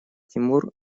тимур